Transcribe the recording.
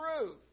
truth